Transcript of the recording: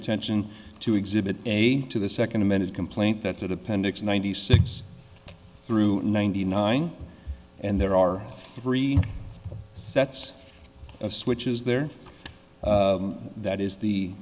attention to exhibit a to the second amended complaint that appendix ninety six through ninety nine and there are three sets of switches there that is the